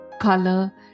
color